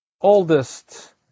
oldest